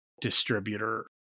distributor